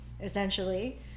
essentially